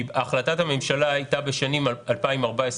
כי החלטת הממשלה הייתה בשנים 2017-2014,